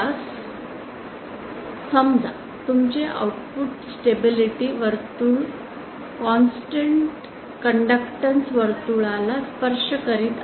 2022 समजा तुमचे output stability वर्तुळ कॉन्स्टन्ट कंडक्टन्स वर्तुळाला स्पर्श करीत आहे